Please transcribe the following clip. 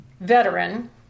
veteran